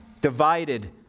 divided